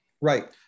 Right